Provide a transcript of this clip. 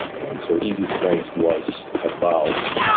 and so easy strength was about